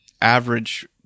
average